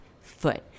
foot